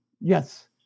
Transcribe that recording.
yes